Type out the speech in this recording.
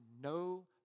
no